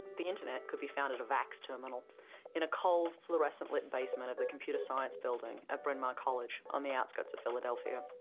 the internet could be found at a vax terminal in a cold, fluorescent lit basement of the computer science building at bryn mawr college on the outskirts of philadelphia.